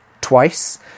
twice